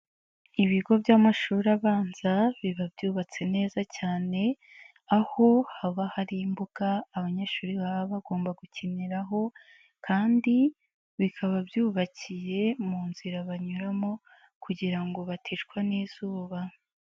Ibigo by'amashuri abanza biba byubatse neza cyane aho haba hari imbuga abanyeshuri baba bagomba gukiniraho kandi bikaba byubakiye mu nzira banyuramo kugira ngo baticwa n'izuba.